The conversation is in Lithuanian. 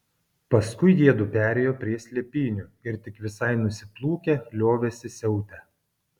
paskui jiedu perėjo prie slėpynių ir tik visai nusiplūkę liovėsi siautę